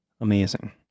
amazing